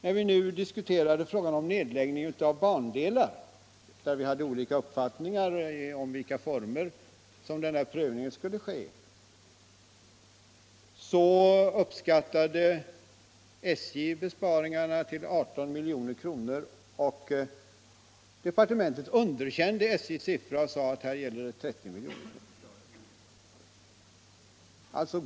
När vi diskuterade frågan om nedläggning av bandelar, där vi hade olika uppfattningar om under vilka former prövningen skulle ske, uppskattade SJ besparingarna till 18 milj.kr. Departementet underkände SJ:s siffra och sade att det gällde 30 milj.kr.